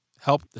Help